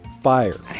fire